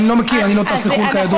אני לא מכיר, אני לא טס לחו"ל, כידוע.